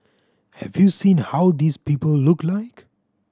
have you seen how these people look like